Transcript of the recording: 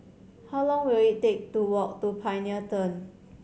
how long will it take to walk to Pioneer Turn